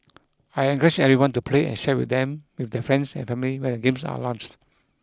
I encourage everyone to play and share with them with their friends and family when the games are launched